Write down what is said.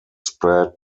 spread